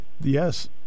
yes